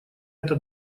это